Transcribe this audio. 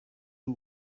y’u